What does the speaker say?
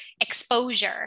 exposure